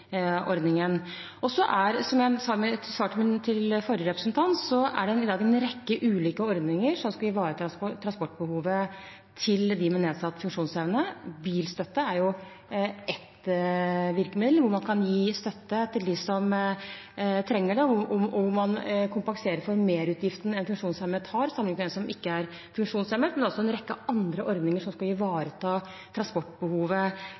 Som jeg sa i svaret til forrige representant, er det i dag en rekke ulike ordninger som skal ivareta transportbehovet til dem med nedsatt funksjonsevne. Bilstøtte er ett virkemiddel, hvor man kan gi støtte til dem som trenger det, og hvor man kompenserer for merutgiftene en funksjonshemmet har, sammenliknet med en som ikke er funksjonshemmet, men det er også en rekke andre ordninger som skal ivareta transportbehovet